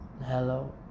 Hello